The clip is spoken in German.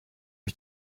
ich